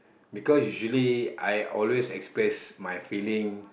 because usually I always express my feeling